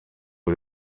ibi